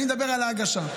אני מדבר על ההגשה.